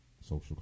social